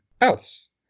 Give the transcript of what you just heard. else